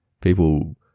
People